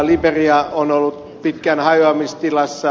liberia on ollut pitkään hajoamistilassa